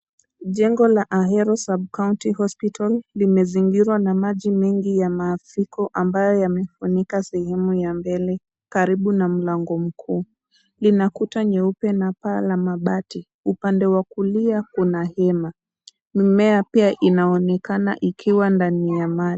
Jengo la Ahero Sub-county Hospital limezingirwa na maji mengi ya mafuriko ambayo yamefunika sehemu ya mbele karibu na mlango mkuu. Lina kuta nyeupe na paa la mabati. Upande wa kulia kuna hema. Mimea pia inaonekana ikiwa ndani ya maji.